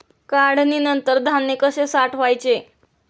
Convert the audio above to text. काढणीनंतर धान्य कसे साठवायचे?